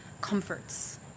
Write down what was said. comforts